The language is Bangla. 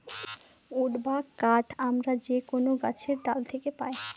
উড বা কাঠ আমরা যে কোনো গাছের ডাল থাকে পাই